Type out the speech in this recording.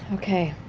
okay.